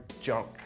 junk